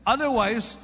Otherwise